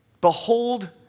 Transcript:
Behold